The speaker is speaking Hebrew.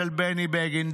של בני בגין,